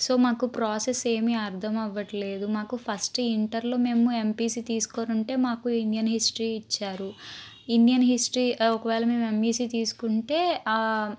so మాకు process ఏమీ అర్ధమవ్వట్లేదు మాకు ఫస్ట్ ఇంటర్లో మేము ఎమ్పిసి తీసుకొని ఉంటే మాకు ఇండియన్ హిస్టరీ ఇచ్చారు ఇండియన్ హిస్టరీ ఒకవేళ మేము ఎమ్ఈసి తీసుకుంటే